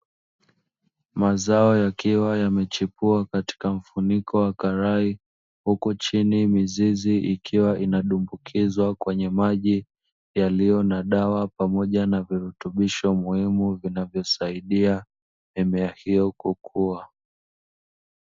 Mazao yakiwa yamechipua katika mfuniko wa karai, huku chini mizizi ikiwa inadumbukizwa kwenye maji yaliyo na dawa pamoja na virutubisho muhimu; vinavyosaidia mimea hiyo kukua.